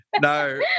no